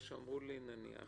הוכחות אני מניח